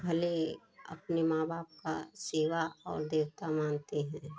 भले अपने माँ बाप का सेवा और देवता मानते हैं